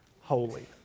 Holy